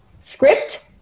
script